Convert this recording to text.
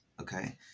Okay